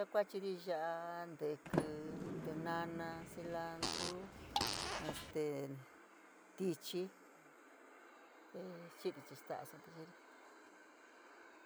Saa kuachiri ya’a, ntíkí, tínana, cilandru este tichii te chiri staa, sua te yeeri.